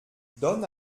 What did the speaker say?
donne